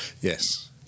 Yes